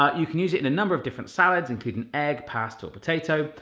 ah you can use it in a number of different salads, including egg, pasta or potato.